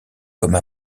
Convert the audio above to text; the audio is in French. comme